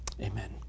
Amen